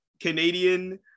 Canadian